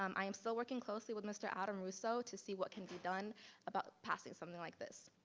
um i am still working closely with mr. adam russo to see what can be done about passing something like this.